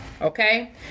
Okay